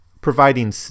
providing